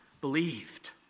believed